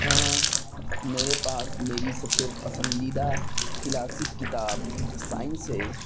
ہاں میرے پاس میری سب سے پسندیدہ کلاسک کتاب سائنس ہے